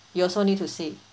you also need to say